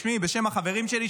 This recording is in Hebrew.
בשמי ובשם החברים שלי,